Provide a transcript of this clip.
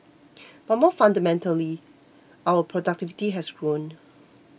but more fundamentally our productivity has grown